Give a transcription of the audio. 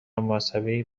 مذهبی